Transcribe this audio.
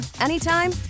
anytime